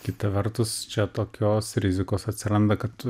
kita vertus čia tokios rizikos atsiranda kad